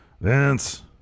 Vince